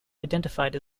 identified